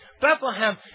Bethlehem